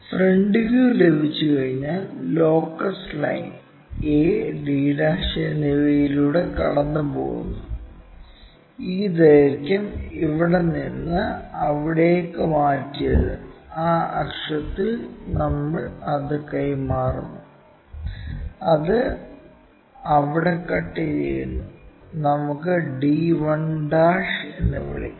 front view ലഭിച്ചുകഴിഞ്ഞാൽ locus line a d' എന്നിവയിലൂടെ കടന്നുപോകുന്നു ഈ ദൈർഘ്യം ഇവിടെ നിന്ന് അവിടേക്ക് മാറ്റിയത് ആ അക്ഷത്തിൽ നമ്മൾ അത് കൈമാറുന്നു അത് അവിടെ കട്ട് ചെയ്യുന്നു നമുക്ക് d 1 എന്ന് വിളിക്കാം